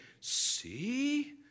see